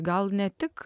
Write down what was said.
gal ne tik